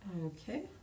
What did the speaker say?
Okay